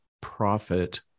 profit